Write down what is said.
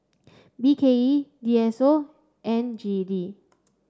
B K E D S O and G E D